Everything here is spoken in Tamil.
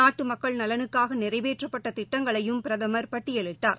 நாட்டுமக்கள் நலனுக்காகநிறைவேற்றப்பட்டதிட்டங்களையும் பிரதமர் பட்டியலிட்டார்